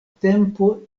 tempo